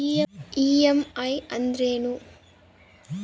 EMI ಅಂದ್ರೇನು?